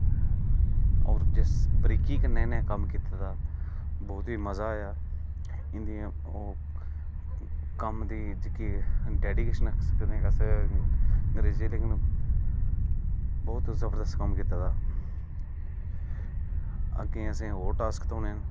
होर जिस बरीकी कन्नै इनें कम्म कीते दा बहुत ई मज़ा आया ते जियां ओह् कम्म च केह् ऐ डेडीकेशन ऐ हून जियां ओह् लेकिन बहुत जबरदस्त कम्म कीते दा अग्गें असें ई होर टास्क थ्होने